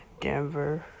Denver